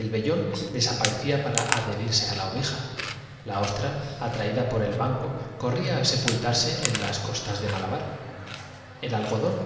el vellón desaparecía para ad y todas consultaban los espejos de sus estuches ó se herirse á la oveja la ostra atraída por el banco corría miraban en cualquiera superficie bruñida distribu á sepultarse en las costas de malabar el algodón